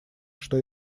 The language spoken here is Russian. что